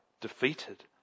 defeated